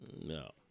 No